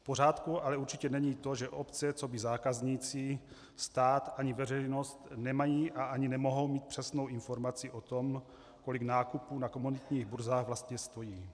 V pořádku ale určitě není to, že obce coby zákazníci, stát ani veřejnost nemají a ani nemohou mít přesnou informaci o tom, kolik nákupy na komoditních burzách vlastně stojí.